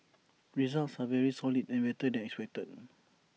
results are very solid and better than expected